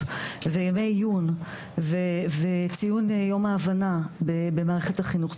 וימי עיון וציון יום ההבנה במערכת החינוך.